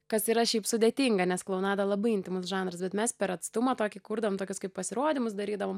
kas yra šiaip sudėtinga nes klounada labai intymus žanras bet mes per atstumą tokį kurdavom tokius kaip pasirodymus darydavom